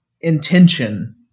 intention